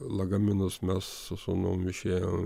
lagaminus mes su sūnum išėjo